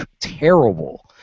terrible